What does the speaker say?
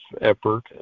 effort